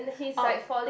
oh